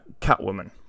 Catwoman